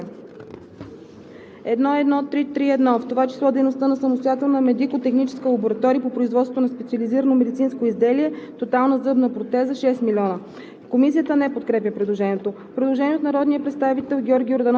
се създава нов ред 1.1.3.3.1. със следното съдържание: 1.1.3.3.1. в т.ч. дейност на Самостоятелни медико-технически лаборатории по производството на специализирано медицинско изделие – тотална зъбна протеза 6 000,0“.